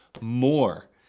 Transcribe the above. more